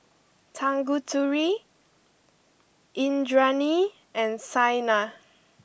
Tanguturi Indranee and Saina